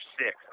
six